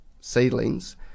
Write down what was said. seedlings